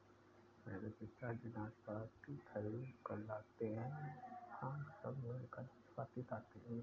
मेरे पिताजी नाशपाती खरीद कर लाते हैं हम सब मिलकर नाशपाती खाते हैं